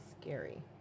Scary